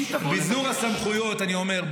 60% 70%. אני אומר,